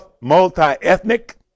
multi-ethnic